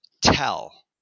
tell